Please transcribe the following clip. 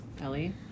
Ellie